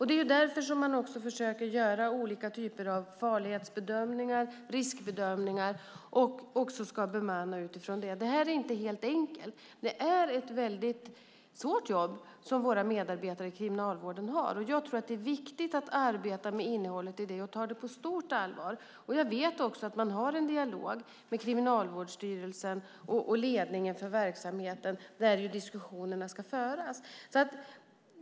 Det är därför som man försöker göra olika typer av farlighetsbedömningar och riskbedömningar och ska bemanna utifrån det. Det är inte helt enkelt. Det är ett mycket svårt jobb som våra medarbetare i kriminalvården har. Det är viktigt att arbeta med innehållet i den och ta det på stort allvar. Jag vet också att man har en dialog med Kriminalvårdsstyrelsen och ledningen för verksamheten där diskussionerna ska föras.